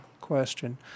question